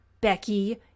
Becky